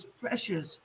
precious